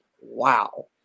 wow